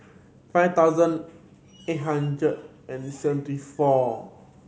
five thousand eight hundred and seventy four